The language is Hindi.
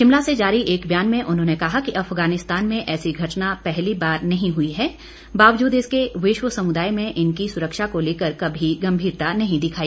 शिमला से जारी एक बयान में उन्होंने कहा कि अफगानिस्तान में ऐसी घटना पहली बार नहीं हुई है बावजूद इसके विश्व समुदाय में इनकी सुरक्षा को लेकर कभी गंभीरता नहीं दिखाई